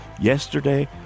Yesterday